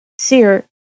Seer